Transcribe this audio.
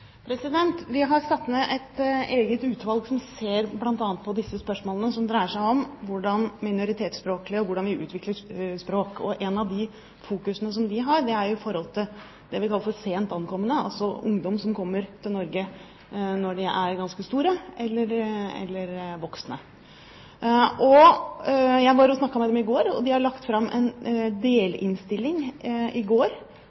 Vi har satt ned et eget utvalg som bl.a. ser på disse spørsmålene som dreier seg om minoritetsspråklige og hvordan de utvikler språk. Noen de har fokusert på, er det vi kaller sent ankomne, altså ungdom som kommer til Norge når de er ganske store eller voksne. Jeg snakket med dem i går, og de la fram en